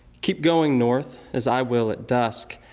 keep going north, as i will at dusk,